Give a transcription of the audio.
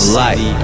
light